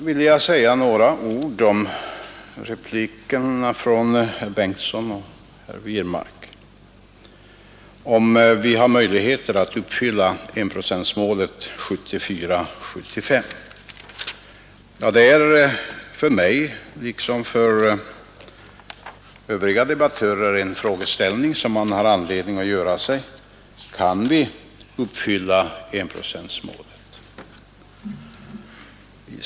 Jag vill säga några ord till replikerna från herrar Torsten Bengtson och Wirmark om huruvida vi har möjligheter att uppfylla enprocentsmålet 1974/75. Det är för mig liksom för övriga debattörer en fråga som man har anledning att ställa sig — kan vi uppfylla enprocentsmålet?